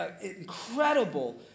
incredible